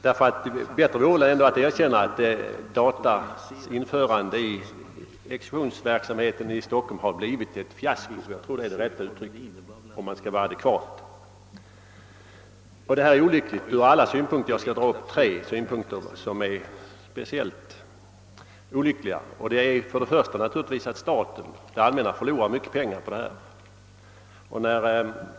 Det vore väl ändå bättre att erkänna att införandet av databehandling i exekutionsverksamheten i Stockholm har blivit ett fiasko. Jag tror att det är det adekvata uttrycket. Detta är olyckligt ur alla synpunkter. Jag skall anföra speciellt tre. För det första förlorar staten, d. v. s. det allmänna, mycket pengar på detta.